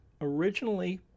Originally